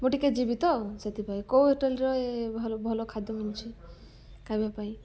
ମୁଁ ଟିକେ ଯିବି ତ ସେଥିପାଇଁ କୋଉ ହୋଟେଲ୍ରେ ଭଲ ଭଲ ଖାଦ୍ୟ ମିଳୁଛି ଖାଇବା ପାଇଁ